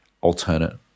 alternate